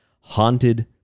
haunted